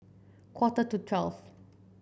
quarter to twelve